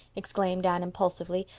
exclaimed anne impulsively.